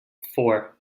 four